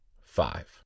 five